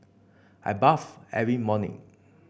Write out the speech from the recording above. I bathe every morning